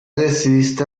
decidiste